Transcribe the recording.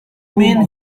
mean